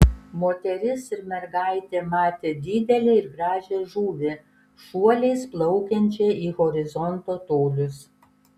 moteris ir mergaitė matė didelę ir gražią žuvį šuoliais plaukiančią į horizonto tolius